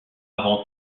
avant